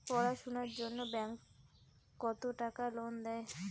পড়াশুনার জন্যে ব্যাংক কত টাকা লোন দেয়?